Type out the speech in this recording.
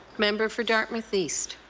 member for dartmouth east.